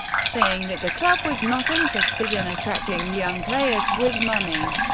saying that the club was not interested in attracting young players with money.